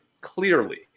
clearly